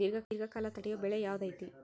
ದೇರ್ಘಕಾಲ ತಡಿಯೋ ಬೆಳೆ ಯಾವ್ದು ಐತಿ?